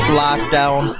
lockdown